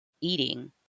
eating